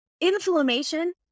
inflammation